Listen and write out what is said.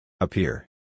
Appear